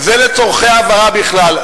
זה לצורכי הבהרה בכלל.